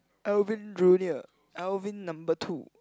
Alvin junior Alvin number two